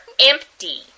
empty